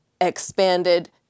expanded